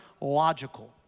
logical